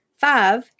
five